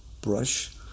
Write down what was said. brush